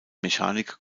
mechanik